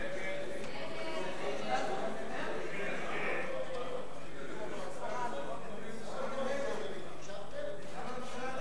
הצעת הסיכום שהביא